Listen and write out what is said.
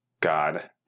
God